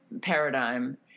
paradigm